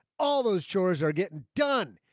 all those chores are getting done.